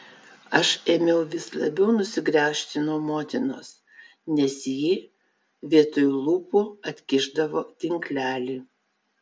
aš ėmiau vis labiau nusigręžti nuo motinos nes ji vietoj lūpų atkišdavo tinklelį